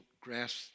grasp